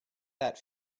that